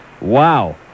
Wow